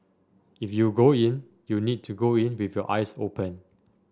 if you go in you need to go in with your eyes open